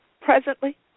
Presently